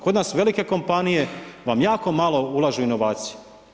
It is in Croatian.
Kod nas velike kompanije vam jako malo ulažu u inovacije.